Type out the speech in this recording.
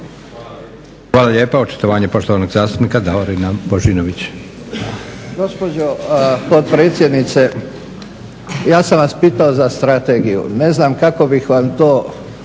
Hvala lijepa. Očitovanje poštovanog zastupnika Davora Božinovića.